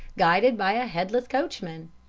guided by a headless coachman.